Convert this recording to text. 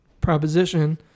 proposition